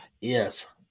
Yes